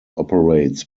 operates